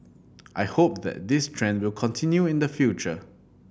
I hope that this trend will continue in the future